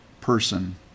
person